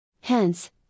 Hence